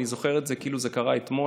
אני זוכר את זה כאילו זה קרה אתמול,